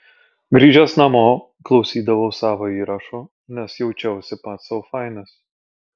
grįžęs namo klausydavau savo įrašų nes jaučiausi pats sau fainas